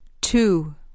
Two